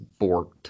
borked